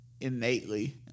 innately